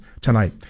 tonight